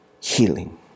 healing